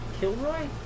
Kilroy